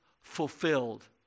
fulfilled